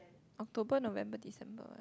October November December